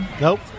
Nope